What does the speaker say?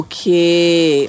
Okay